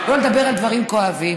לא לדבר על דברים כואבים.